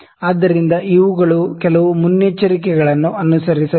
ಆದ್ದರಿಂದ ಇವುಗಳು ಕೆಲವು ಮುನ್ನೆಚ್ಚರಿಕೆಗಳನ್ನು ಅನುಸರಿಸಬೇಕು